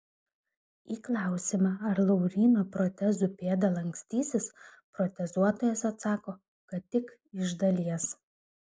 į klausimą ar lauryno protezų pėda lankstysis protezuotojas atsako kad tik iš dalies